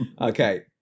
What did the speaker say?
okay